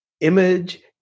image